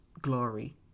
glory